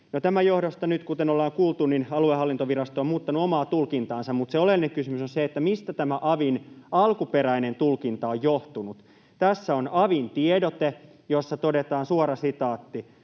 tämän johdosta nyt, kuten on kuultu, aluehallintovirasto on muuttanut omaa tulkintaansa. Mutta se oleellinen kysymys on se, mistä tämä avin alkuperäinen tulkinta on johtunut. Tässä on avin tiedote, jossa todetaan: